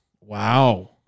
wow